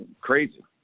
crazy